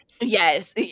Yes